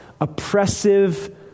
oppressive